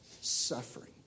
suffering